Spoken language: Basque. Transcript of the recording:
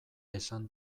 esan